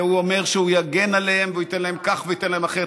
והוא אומר שהוא יגן עליהם והוא ייתן להם כך והוא ייתן להם אחרת,